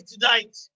tonight